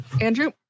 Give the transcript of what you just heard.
Andrew